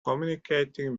communicating